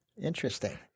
Interesting